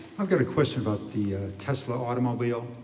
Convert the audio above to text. i've got a question about the tesla automobile.